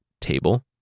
table